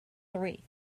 three